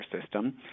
system